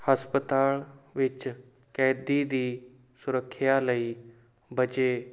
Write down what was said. ਹਸਪਤਾਲ ਵਿੱਚ ਕੈਦੀ ਦੀ ਸੁਰੱਖਿਆ ਲਈ ਬਚੇ